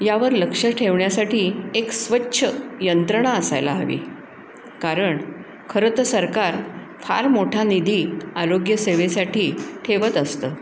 यावर लक्ष ठेवण्यासाठी एक स्वच्छ यंत्रणा असायला हवी कारण खरं तर सरकार फार मोठा निधी आरोग्यसेवेसाठी ठेवत असतं